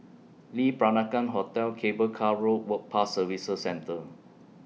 Lee Peranakan Hotel Cable Car Road Work Pass Services Centre